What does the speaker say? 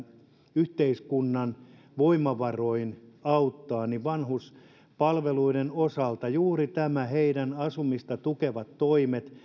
yhteiskunnan voimavaroin auttaa vanhuspalveluiden osalta juuri nämä heidän asumistaan tukevat toimet